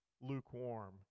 lukewarm